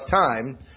time